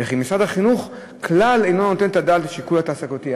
ומשרד החינוך כלל אינו נותן את הדעת לשיקול התעסוקתי.